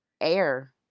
air